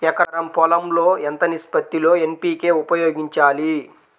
ఎకరం పొలం లో ఎంత నిష్పత్తి లో ఎన్.పీ.కే ఉపయోగించాలి?